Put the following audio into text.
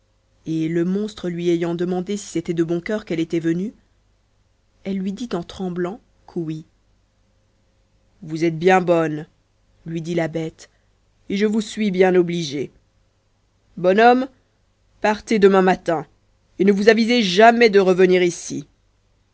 et le monstre lui ayant demandé si c'était de bon cœur qu'elle était venue elle lui dit en tremblant qu'oui vous êtes bien bonne dit la bête et je vous suis bien obligé bon homme partez demain matin et ne vous avisez jamais de revenir ici